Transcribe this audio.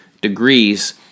degrees